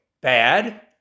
bad